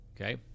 Okay